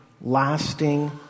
lasting